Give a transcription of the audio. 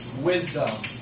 wisdom